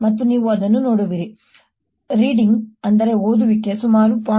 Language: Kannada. ಮತ್ತು ನೀವು ಅದನ್ನು ನೋಡುತ್ತೀರಿ ಓದುವಿಕೆ ಸುಮಾರು 0